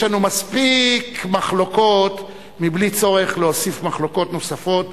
יש לנו מספיק מחלוקות מבלי צורך להוסיף מחלוקות נוספות.